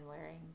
wearing